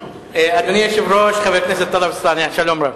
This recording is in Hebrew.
אדוני היושב-ראש, חבר הכנסת טלב אלסאנע, שלום רב.